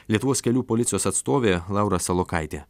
lietuvos kelių policijos atstovė laura salokaitė